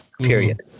period